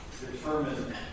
determine